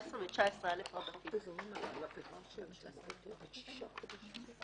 אנחנו כבר לא שולטים מתי הוא יכול או לא יכול.